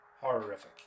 Horrific